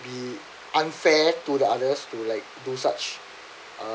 be unfair to the others to like do such uh